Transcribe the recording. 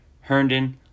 Herndon